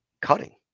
cutting